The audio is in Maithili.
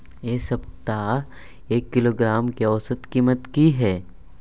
ऐ सप्ताह एक किलोग्राम आलू के औसत कीमत कि हय?